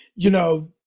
you know,